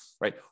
Right